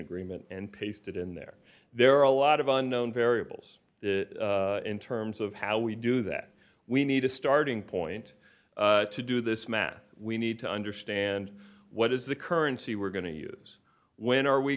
agreement and pasted in there there are a lot of unknown variables in terms of how we do that we need a starting point to do this math we need to understand what is the currency we're going to use when are we